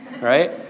right